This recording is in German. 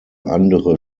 andere